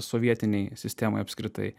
sovietinei sistemai apskritai